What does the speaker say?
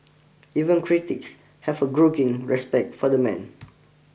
even critics have a grudging respect for the man